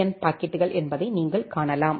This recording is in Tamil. என் பாக்கெட்டுகள் என்பதை நீங்கள் காணலாம்